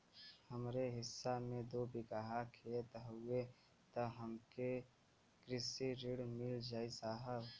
हमरे हिस्सा मे दू बिगहा खेत हउए त हमके कृषि ऋण मिल जाई साहब?